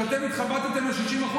כשאתם התחבטתם על 60%,